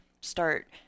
start